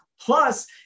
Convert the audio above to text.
plus